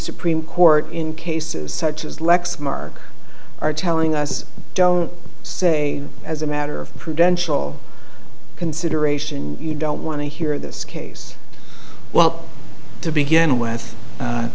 supreme court in cases such as lexmark are telling us don't say as a matter of prudential consideration you don't want to hear this case well to begin with